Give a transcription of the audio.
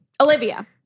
Olivia